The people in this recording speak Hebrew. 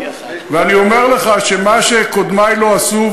ואני אומר לך שמה שקודמי לא עשו,